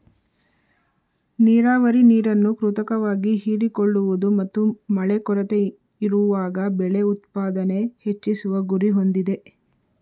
ನೀರಾವರಿ ನೀರನ್ನು ಕೃತಕವಾಗಿ ಹೀರಿಕೊಳ್ಳುವುದು ಮತ್ತು ಮಳೆ ಕೊರತೆಯಿರುವಾಗ ಬೆಳೆ ಉತ್ಪಾದನೆ ಹೆಚ್ಚಿಸುವ ಗುರಿ ಹೊಂದಿದೆ